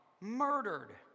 murdered